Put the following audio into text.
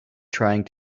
trying